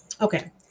okay